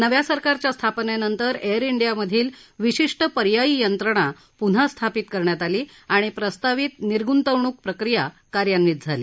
नव्या सरकारच्या स्थापनेनंतर एअर इंडियामधील विशिष्ट पर्यायी यंत्रणा पुन्हा स्थापित करण्यात आली आणि प्रस्तावित निर्गृतवणूक प्रक्रिया कार्यान्वित झाली